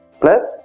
plus